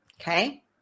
okay